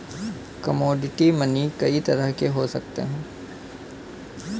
commodity money कई तरह के हो सकते हैं